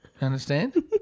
understand